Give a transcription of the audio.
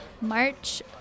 March